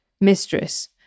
mistress